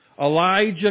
Elijah